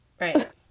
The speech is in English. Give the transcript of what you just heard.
right